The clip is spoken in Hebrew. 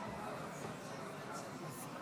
אז כרגע אנחנו לא מאפשרים.